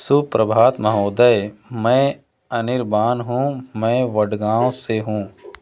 सुप्रभात महोदय मैं अनिरबान हूँ मैं मड़गाँव से हूँ